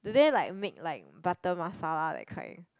do they like make like Butter Masala that kind